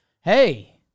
Hey